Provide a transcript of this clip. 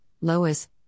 Lois